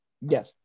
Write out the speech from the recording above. Yes